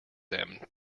them